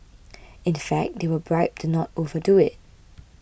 in fact they were bribed to not over do it